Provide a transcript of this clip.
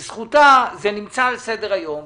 בזכותם זה נמצא על סדר-היום.